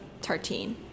Tartine